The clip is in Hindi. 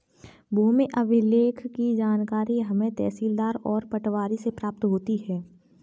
भूमि अभिलेख की जानकारी हमें तहसीलदार और पटवारी से प्राप्त होती है